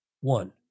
One